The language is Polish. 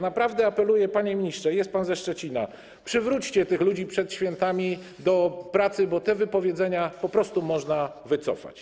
Naprawdę apeluję - panie ministrze, jest pan ze Szczecina - przywróćcie tych ludzi przed świętami do pracy, bo te wypowiedzenia po prostu można wycofać.